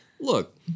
look